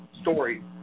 story